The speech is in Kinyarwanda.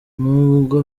n’ubwo